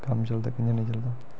कम्म चलदा कियां नेईं चलदा